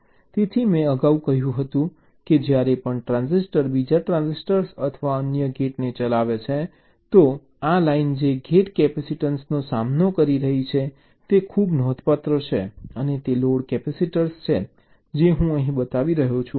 તેથી મેં અગાઉ કહ્યું હતું કે જ્યારે પણ ટ્રાન્ઝિસ્ટર બીજા ટ્રાન્ઝિસ્ટર અથવા અન્ય ગેટને ચલાવે છે તો આ લાઇન જે ગેટ કેપેસીટન્સનો સામનો કરી રહી છે તે ખૂબ નોંધપાત્ર છે અને તે લોડ કેપેસીટર્સ છે જે હું અહીં બતાવી રહ્યો છું